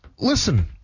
Listen